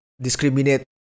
discriminate